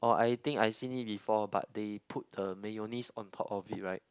oh I think I seen it before but they put a mayonnaise on top of it right